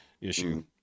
issue